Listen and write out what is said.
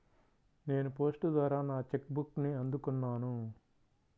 నేను పోస్ట్ ద్వారా నా చెక్ బుక్ని అందుకున్నాను